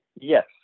Yes